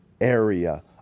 area